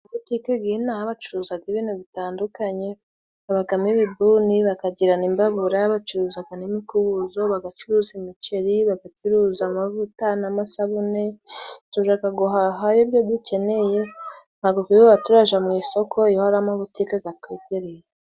Amabutiki ginaha bacuruzagamo ibintu bitandukanye habagamo ibibuni bakagira n'imbabura, bacuruzaga imikubuzo, bagacuruza imiceri, bagacuruza amavuta n'amasabune. Tujaga guhaha yo ibyo dukeneye ntabwo twirirwaga turajya mu isoko iyo hari amabutike ga twegereye.